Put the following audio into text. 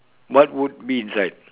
what would be inside